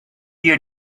your